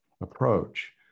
approach